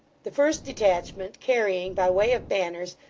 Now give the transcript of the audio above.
the first detachment, carrying, by way of banners,